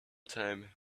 time